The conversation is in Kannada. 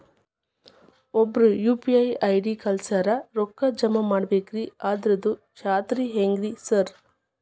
ಒಬ್ರು ಯು.ಪಿ.ಐ ಐ.ಡಿ ಕಳ್ಸ್ಯಾರ ರೊಕ್ಕಾ ಜಮಾ ಮಾಡ್ಬೇಕ್ರಿ ಅದ್ರದು ಖಾತ್ರಿ ಹೆಂಗ್ರಿ ಸಾರ್?